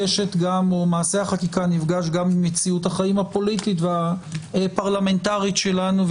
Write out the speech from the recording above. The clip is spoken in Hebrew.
מעשה החקיקה נפגש גם עם מציאות החיים הפוליטית והפרלמנטרית שלנו,